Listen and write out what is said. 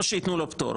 או שיתנו לו פטור,